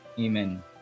Amen